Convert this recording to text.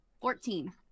Fourteen